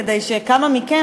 כדי שכמה מכם,